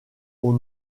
aux